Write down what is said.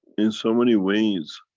in so many ways.